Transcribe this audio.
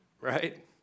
Right